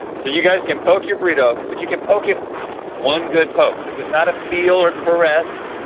so you guys can poke your burrito, but you can poke it one good poke. this is not a feel or caress.